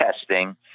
testing